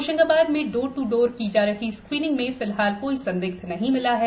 होशंगाबाद में door to door की जा रही स्क्रीनिंग में फ़िलहाल संदिग्ध नहीं मिल रहे हैं